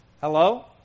Hello